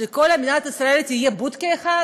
שכל מדינת ישראל תהיה בודקה אחת?